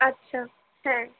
আচ্ছা হ্যাঁ